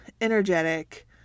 energetic